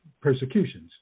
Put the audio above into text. persecutions